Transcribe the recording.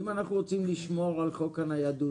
אם אנחנו רוצים לשמור על חוק הניידות.